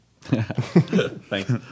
Thanks